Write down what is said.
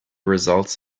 results